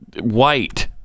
white